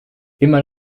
immer